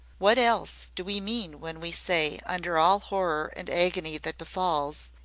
what else do we mean when we say under all horror and agony that befalls,